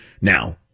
Now